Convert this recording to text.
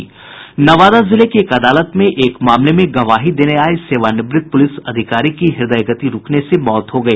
नवादा जिले की एक अदालत में एक मामले में गवाही देने आये सेवानिवृत्त पुलिस अधिकारी की हृदयगति रुकने से मौत हो गई